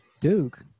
duke